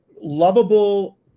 lovable